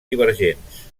divergents